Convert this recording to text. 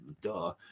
duh